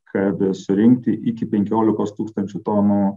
kad surinkti iki penkiolikos tūkstančių tonų